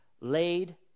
laid